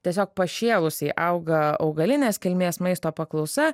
tiesiog pašėlusiai auga augalinės kilmės maisto paklausa